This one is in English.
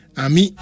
ami